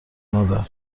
مادر